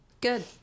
Good